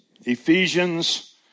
Ephesians